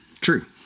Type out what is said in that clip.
True